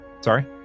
sorry